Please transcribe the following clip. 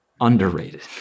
Underrated